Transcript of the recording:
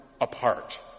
apart